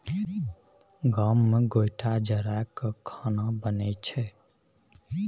गाम मे गोयठा जरा कय खाना बनइ छै